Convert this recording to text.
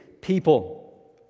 people